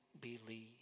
believe